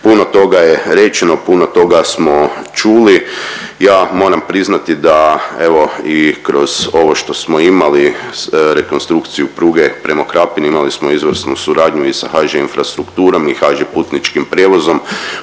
Puno toga je rečeno, puno toga smo čuli. Ja moram priznati da evo i kroz ovo što smo imali rekonstrukciju pruge prema Krapini imali smo izvrsnu suradnju i sa HŽ Infrastrukturom i HŽ Putničkim prijevozom.